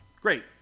Great